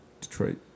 Detroit